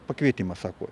pakvietimą sako